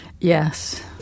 Yes